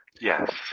Yes